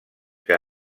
que